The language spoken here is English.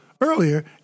earlier